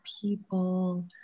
people